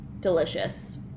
delicious